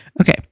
Okay